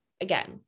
again